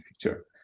future